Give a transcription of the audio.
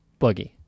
Boogie